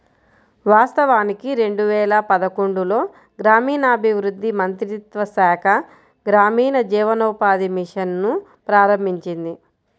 వాస్తవానికి రెండు వేల పదకొండులో గ్రామీణాభివృద్ధి మంత్రిత్వ శాఖ గ్రామీణ జీవనోపాధి మిషన్ ను ప్రారంభించింది